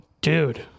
dude